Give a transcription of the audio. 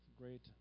great